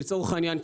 לצורך העניין,